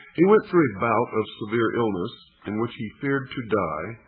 he went through a bout of severe illness, in which he feared to die,